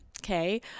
Okay